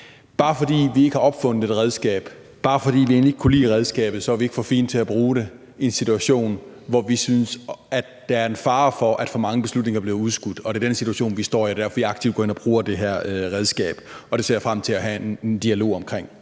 Selv om vi ikke har opfundet et redskab, og selv om vi end ikke kunne lide redskabet, er vi ikke for fine til at bruge det i en situation, hvor vi synes, der er en fare for, at for mange beslutninger bliver udskudt. Det er den situation, vi står i, og det er derfor, vi aktivt går ind og bruger det her redskab. Og det ser jeg frem til at have en dialog om.